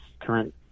current